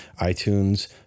iTunes